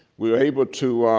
we were able to,